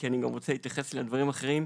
כי אני גם רוצה להתייחס לדברים אחרים: